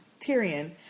Tyrion